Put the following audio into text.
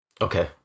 Okay